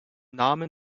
namen